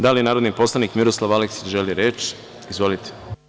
Da li narodni poslanik Miroslav Aleksić želi reč? (Da) Izvolite.